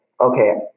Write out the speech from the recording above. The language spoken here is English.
okay